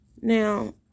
Now